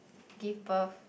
give birth